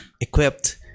Equipped